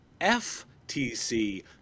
FTC